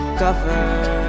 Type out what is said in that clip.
cover